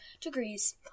degrees